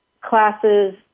classes